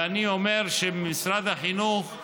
ואני אומר שמשרד החינוך,